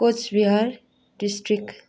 Cooch Behar district